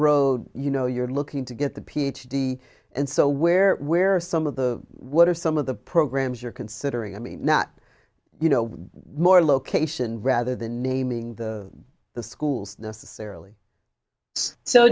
road you know you're looking to get the ph d and so where where are some of the what are some of the programs you're considering i mean not you know more location rather than naming the the schools necessarily so